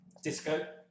Disco